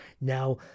Now